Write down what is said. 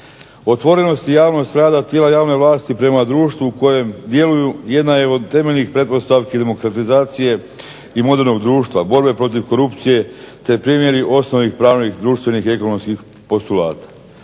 Otvorenost i javnost rada tijela javne vlasti prema društvu u kojem djeluju jedna je od temeljnih pretpostavki demokratizacije i modernog društva, borbe protiv korupcije te primjeri osnovnih pravnih, društvenih i ekonomskih postulata.